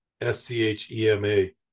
S-C-H-E-M-A